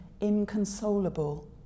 inconsolable